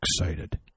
excited